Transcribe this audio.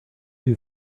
who